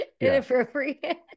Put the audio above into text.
inappropriate